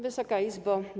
Wysoka Izbo!